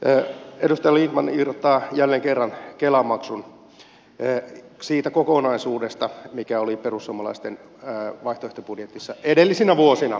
edustaja lindtman irrottaa jälleen kerran kela maksun siitä kokonaisuudesta mikä oli perussuomalaisten vaihtoehtobudjetissa edellisinä vuosina